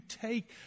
take